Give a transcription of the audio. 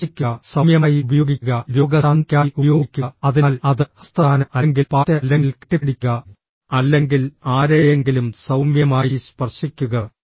സ്പർശിക്കുക സൌമ്യമായി ഉപയോഗിക്കുക രോഗശാന്തിക്കായി ഉപയോഗിക്കുക അതിനാൽ അത് ഹസ്തദാനം അല്ലെങ്കിൽ പാറ്റ് അല്ലെങ്കിൽ കെട്ടിപ്പിടിക്കുക അല്ലെങ്കിൽ ആരെയെങ്കിലും സൌമ്യമായി സ്പർശിക്കുക